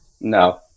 No